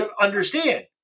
understand